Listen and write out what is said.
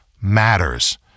matters